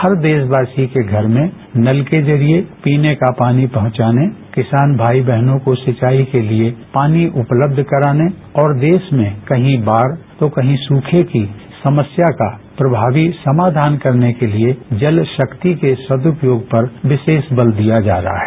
हर देरायाती के घर में नल के जरिए पीने का पानी पहुंचाने किसान भाई बहनों को सिंचाई के लिए पानी उपलब्ध कराने और देरा में कर्सी बाढ़ तो कर्सी सूखे की समस्या का प्रमावी समाधान करने के लिए जल शक्ति के सद्यपयोग पर विष्ठेष बल दिया जा रहा है